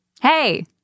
hey